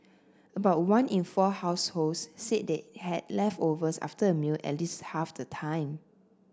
about one in four households said they had leftovers after a meal at least half the time